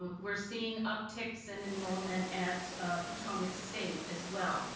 we're seeing upticks in enrollment at potomac state as well.